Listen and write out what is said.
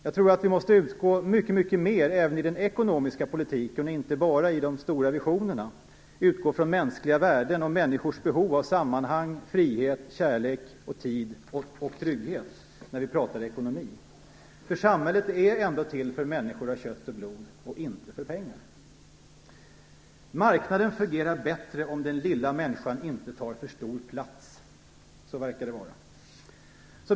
Jag tror att vi även i den ekonomiska politiken, och inte bara i de stora visionerna, måste utgå mer från mänskliga värden och människors behov av sammanhang, frihet, kärlek, tid och trygghet när vi pratar ekonomi. Samhället är ändå till för människor av kött och blod, inte för pengar. Marknaden fungerar bättre om den lilla människan inte tar för stor plats. Så verkar det vara.